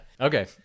Okay